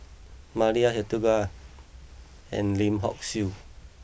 Maria Hertogh and Lim Hock Siew